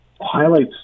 highlights